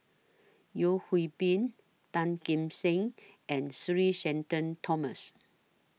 Yeo Hwee Bin Tan Kim Seng and Sir Shenton Thomas